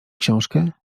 książkę